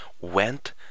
went